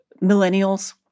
millennials